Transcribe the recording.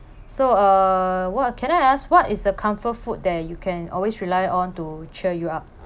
so uh what can I ask what is a comfort food that you can always rely on to cheer you up